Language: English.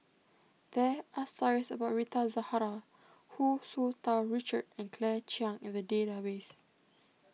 there are stories about Rita Zahara Hu Tsu Tau Richard and Claire Chiang in the database